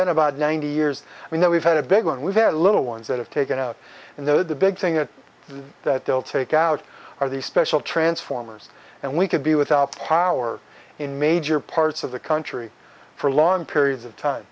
been about ninety years you know we've had a big one we've had a little ones that have taken out in the big thing that that they'll take out or these special transformers and we could be without power in major parts of the country for long periods of time